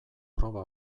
proba